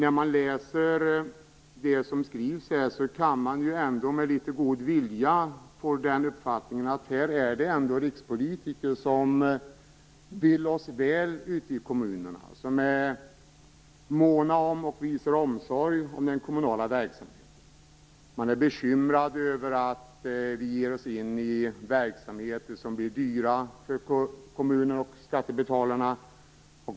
Då man läser det som skrivs här kan man ändå med litet god vilja få den uppfattningen att det ändå finns rikspolitiker som vill oss väl ute i kommunerna, som är måna om och visar omsorg om den kommunala verkligheten. Man är bekymrad över att vi ger oss in i verksamheter som blir dyra för kommunen och skattebetalarna.